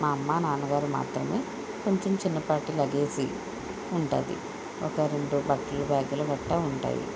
మా అమ్మ నాన్నగారు మాత్రమే కొంచెం చిన్నపాటి లగేజి ఉంటుంది ఒక రెండు బట్టలు బ్యాగులు గట్టా ఉంటాయి